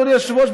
אדוני היושב-ראש,